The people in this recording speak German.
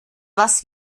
was